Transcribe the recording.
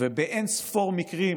ובאין-ספור מקרים,